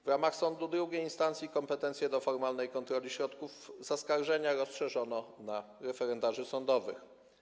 W ramach sądu II instancji kompetencje do formalnej kontroli środków zaskarżenia rozszerzono na referendarzy sądowych.